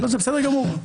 לא, בסדר גמור.